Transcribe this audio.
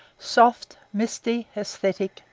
soft, misty, esthetic,